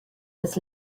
was